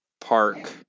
Park